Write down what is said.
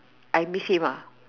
I miss him ah